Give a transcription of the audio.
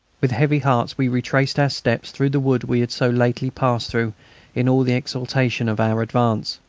with heavy hearts we retraced our steps through the wood we had so lately passed through in all the exaltation of our advance.